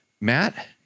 Matt